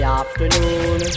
afternoon